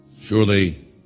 Surely